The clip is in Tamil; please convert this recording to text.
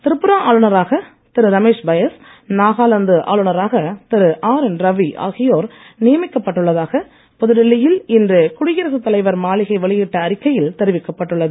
திரிபுரா ஆளுநராக திரு ரமேஷ் பயஸ் நாகாலாந்து நியமிக்கப்பட்டுள்ளதாக புதுடெல்லியில் இன்று குடியரசுத் தலைவர் மாளிகை வெளியிட்ட அறிக்கையில் தெரிவிக்கப்பட்டுள்ளது